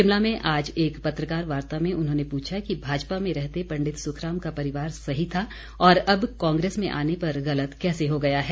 शिमला में आज एक पत्रकार वार्ता में उन्होंने पूछा कि भाजपा में रहते पंडित सुखराम का परिवार सही था और अब कांग्रेस में आने पर गलत कैसे हो गया है